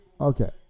okay